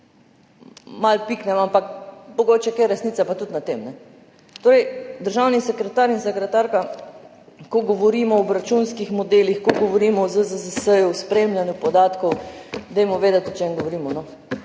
Malo piknem, ampak mogoče je kaj resnice pa tudi na tem. Državni sekretar in sekretarka, ko govorimo o obračunskih modelih, ko govorimo o ZZZS, o spremljanju podatkov, dajmo vedeti, o čem govorimo,